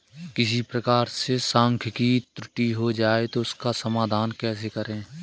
किसी प्रकार से सांख्यिकी त्रुटि हो जाए तो उसका समाधान कैसे करें?